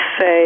Say